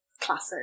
Classic